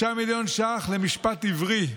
6 מיליון ש"ח למשפט עברי.